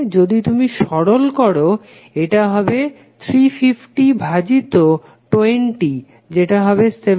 যদি তুমি সরল করো এটা হবে 350 ভাজিত 20 যেটা হবে 175